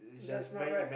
that's not right